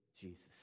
Jesus